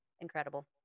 Incredible